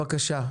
בבקשה.